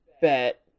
bet